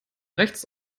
rechts